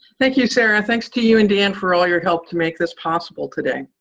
thank you, sarah. thanks to you and dan for all your help to make this possible today.